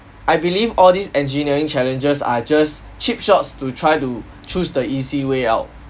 I believe all these engineering challenges are just cheap shots to try to choose the easy way out